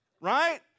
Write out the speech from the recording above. Right